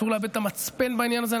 אסור לאבד את המצפן בעניין הזה.